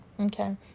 Okay